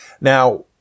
Now